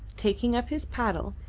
taking up his paddle,